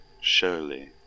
Surely